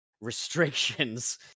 restrictions